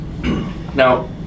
Now